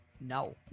No